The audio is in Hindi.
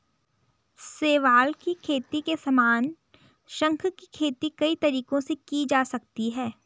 शैवाल की खेती के समान, शंख की खेती कई तरीकों से की जा सकती है